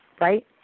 right